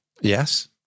Yes